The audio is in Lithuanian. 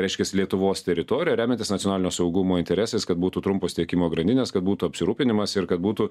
reiškias lietuvos teritoriją remiantis nacionalinio saugumo interesais kad būtų trumpos tiekimo grandinės kad būtų apsirūpinimas ir kad būtų